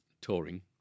touring